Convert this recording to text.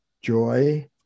Joy